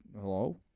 Hello